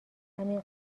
همین